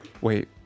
Wait